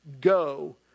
go